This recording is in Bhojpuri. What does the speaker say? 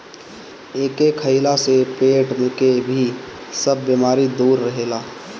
एके खइला से पेट के भी सब बेमारी दूर रहेला